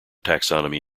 taxonomy